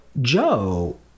Joe